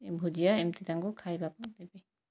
ଭୁଜିଆ ଏମିତି ତାଙ୍କୁ ଖାଇବାକୁ ଦେବି